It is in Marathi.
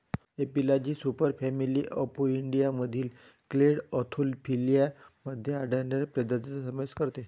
एपिलॉजी सुपरफॅमिली अपोइडियामधील क्लेड अँथोफिला मध्ये आढळणाऱ्या प्रजातींचा समावेश करते